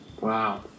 Wow